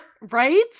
right